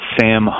Sam